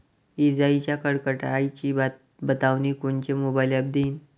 इजाइच्या कडकडाटाची बतावनी कोनचे मोबाईल ॲप देईन?